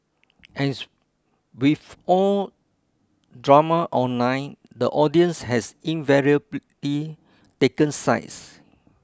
as with all drama online the audience has invariably taken sides